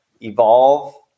evolve